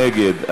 נגד,